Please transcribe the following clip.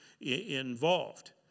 involved